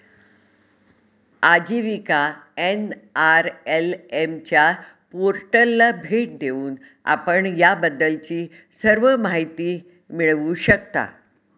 आजीविका एन.आर.एल.एम च्या पोर्टलला भेट देऊन आपण याबद्दलची सर्व माहिती मिळवू शकता